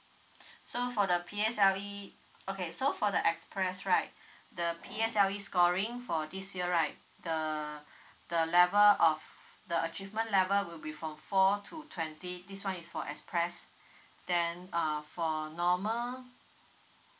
so for the P_S_L_E okay so for the express right the P_S_L_E scoring for this year right the the level of the achievement level will be from four to twenty this one is for express then uh for normal